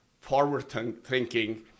forward-thinking